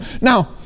Now